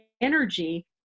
energy